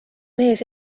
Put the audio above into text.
mees